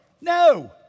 No